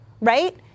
right